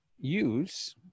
use